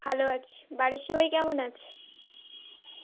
ভালো আছি বাড়ির সবাই কেমন আছে